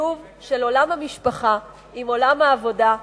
לשילוב של עולם המשפחה עם עולם העבודה,